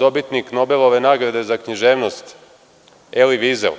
dobitnik Nobelove nagrade za književnost Eli Vizel.